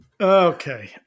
Okay